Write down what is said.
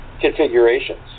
configurations